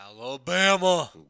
Alabama